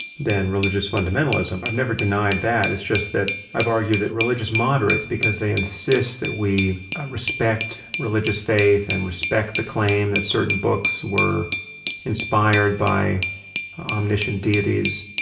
than religious fundamentalism. i've never denied that. it's just that i've argued that religious moderates, because they insist that we respect religious faith and respect the claim that certain books were inspired by omniscient deities,